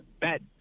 bet